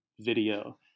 video